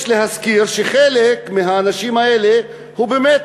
יש להזכיר שחלק מהאנשים האלה הוא באמת,